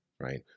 right